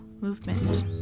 movement